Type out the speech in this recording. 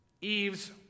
Eve's